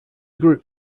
group